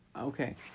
Okay